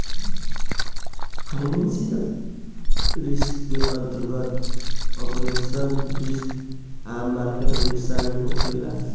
financial risk के अंतर्गत operational risk आ मार्केट रिस्क शामिल होखे ला